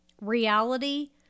reality